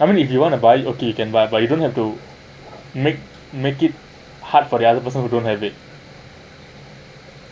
I mean if you want to buy okay you can buy but you didn't have to make make it hard for the other person who don't have it